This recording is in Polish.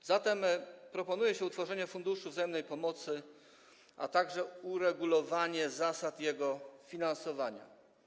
A zatem proponuje się utworzenie funduszu wzajemnej pomocy, a także uregulowanie zasad jego finansowania.